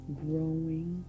growing